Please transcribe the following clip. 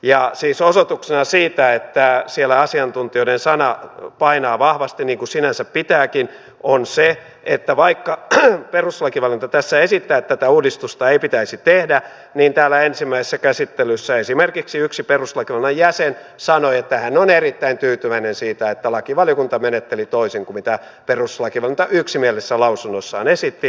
ja osoituksena siitä että siellä asiantuntijoiden sana painaa vahvasti niin kuin sinänsä pitääkin on se että vaikka perustuslakivaliokunta tässä esittää että tätä uudistusta ei pitäisi tehdä niin täällä ensimmäisessä käsittelyssä esimerkiksi yksi perustuslakivaliokunnan jäsen sanoi että hän on erittäin tyytyväinen siitä että lakivaliokunta menetteli toisin kuin perustuslakivaliokunta yksimielisessä lausunnossaan esitti